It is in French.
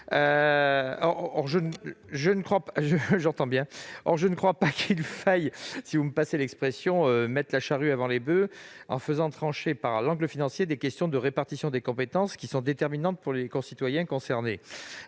! Je ne pense pas qu'il faille, si vous me passez l'expression, mettre la charrue avant les boeufs en tranchant sous l'angle financier des questions de répartition des compétences, lesquelles sont déterminantes pour les citoyens concernés,